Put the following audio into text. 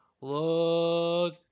look